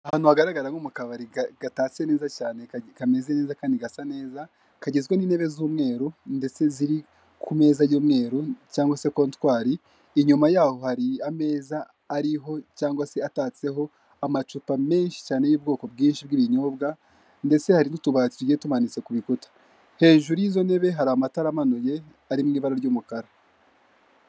Ahantu hagaragara nko mu kabari gatatse neza cyane, kameze neza kandi gasa neza, kagizwe n'intebe z'umweru ndetse ziri ku meza y'umweru cyangwa se kontwari, inyuma yaho hari ameza ariho cyangwa atatseho amacupa menshi cyane y'ubwoko bwinshi bw'ibinyobwa ndetse hari n'utubati tugiye tumanitse ku bikuta. Hejuru y'izo ntebe hari amatara amanuye arimo ibara ry'umukara.